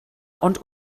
ond